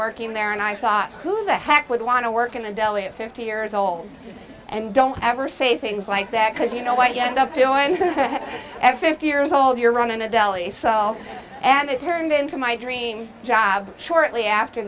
working there and i thought who the heck would want to work in the deli at fifty years old and don't ever say things like that because you know what you end up doing years old you're running a deli and it turned into my dream job shortly after